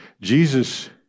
Jesus